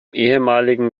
ehemaligen